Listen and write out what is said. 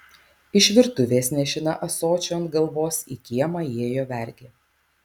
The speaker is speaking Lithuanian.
iš virtuvės nešina ąsočiu ant galvos į kiemą įėjo vergė